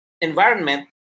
environment